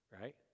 right